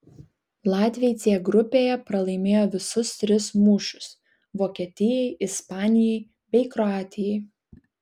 latviai c grupėje pralaimėjo visus tris mūšius vokietijai ispanijai bei kroatijai